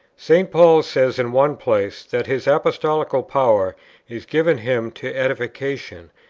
st. paul says in one place that his apostolical power is given him to edification,